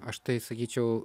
aš tai sakyčiau